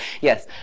Yes